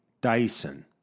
Dyson